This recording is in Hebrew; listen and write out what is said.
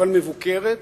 אבל מבוקרת,